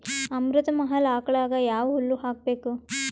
ಅಮೃತ ಮಹಲ್ ಆಕಳಗ ಯಾವ ಹುಲ್ಲು ಹಾಕಬೇಕು?